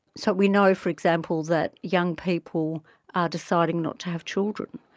so we know, for example, that young people are deciding not to have children,